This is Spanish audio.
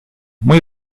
muy